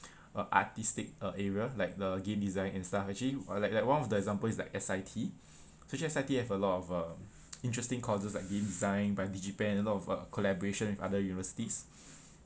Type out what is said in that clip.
uh artistic uh area like the game design and stuff actually like like one of the example is like S_I_T so S_I_T have a lot of um interesting courses like game design by DigiPen and a lot of uh collaboration with other universities